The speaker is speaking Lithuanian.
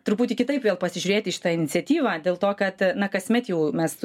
truputį kitaip vėl pasižiūrėt į šitą iniciatyvą dėl to kad na kasmet jau mes